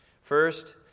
First